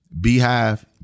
Beehive